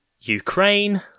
Ukraine